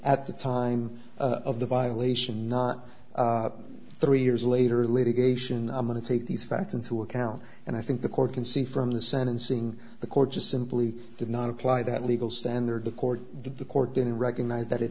at the time of the violation not three years later litigation i'm going to take these facts into account and i think the court can see from the sentencing the court just simply did not apply that legal standard the court did the court didn't recognize that it